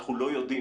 אנחנו לא יודעים,